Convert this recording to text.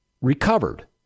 recovered